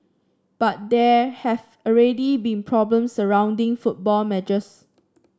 but there have already been problems surrounding football matches